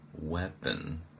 weapon